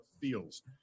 feels